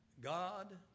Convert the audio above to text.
God